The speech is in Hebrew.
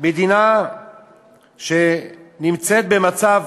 מדינה שנמצאת במצב